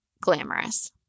glamorous